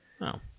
No